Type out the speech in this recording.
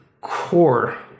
core